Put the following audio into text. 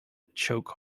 choke